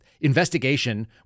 investigation